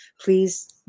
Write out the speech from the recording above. Please